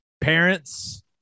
parents